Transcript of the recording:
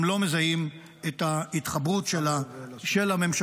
הם לא מזהים את ההתחברות של הממשלה.